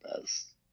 best